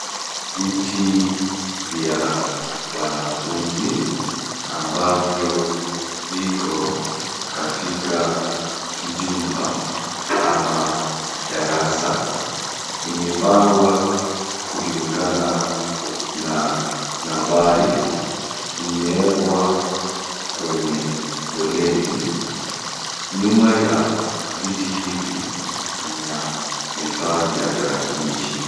Viti vya wanafunzi ambavyo viko katika kijumba. Ama darasa, imepangua kulingana na nambari, imewekwa kwenye foleni, nyuma ya vitu hivi vina vifaa vya tarakilishi.